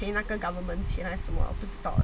赔那个 government 钱还是什么不知道 ah